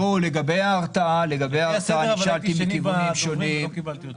לגבי ההרתעה ------ לא קיבלתי אותו.